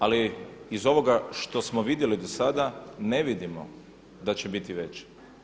Ali iz ovoga što smo vidjeli dosada ne vidimo da će biti veće.